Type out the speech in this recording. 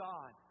God